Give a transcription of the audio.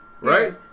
Right